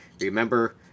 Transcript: Remember